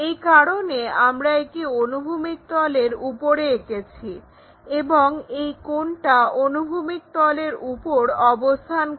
এই কারণে আমরা একে অনুভূমিক তলের উপরে এঁকেছি এবং এই কোণটা অনুভূমিক তলের উপর অবস্থান করে